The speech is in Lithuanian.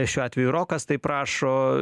šiuo atveju rokas taip rašo